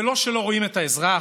זה לא שלא רואים את האזרח,